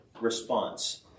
response